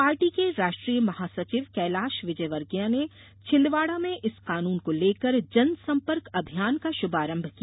party के राष्ट्रीय महासचिव कैलाश विजयवर्गीय ने छिंदवाड़ा में इस कानून को लेकर जनसंपर्क अभियान का शुभारम्म किया